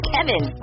Kevin